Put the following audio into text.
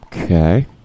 Okay